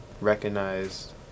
recognize